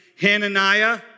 Hananiah